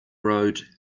road